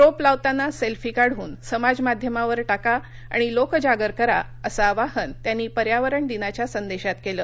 रोप लावताना सेल्फी काढून समाजमाध्यमावर टाका आणि लोकजागर करा असं आवाहन त्यांनी पर्यावरण दिनाच्या संदेशात केलं